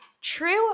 true